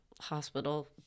hospital